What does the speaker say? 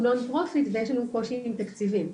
Non-profit ויש לנו קושי עם תקציבים.